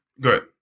good